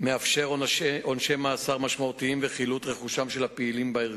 ומאפשר עונשי מאסר משמעותיים וחילוט רכושם של הפעילים בארגון.